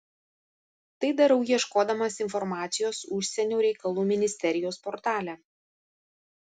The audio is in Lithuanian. tai darau ieškodamas informacijos užsienio reikalų ministerijos portale